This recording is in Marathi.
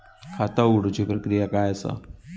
खाता उघडुची प्रक्रिया काय असा?